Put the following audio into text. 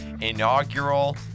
inaugural